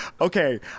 okay